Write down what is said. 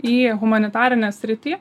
į humanitarinę sritį